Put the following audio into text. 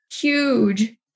huge